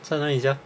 在哪里 sia